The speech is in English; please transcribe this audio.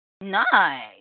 Nice